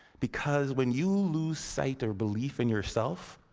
because when you lose sight or belief in yourself,